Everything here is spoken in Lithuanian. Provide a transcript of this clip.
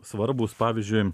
svarbūs pavyzdžiui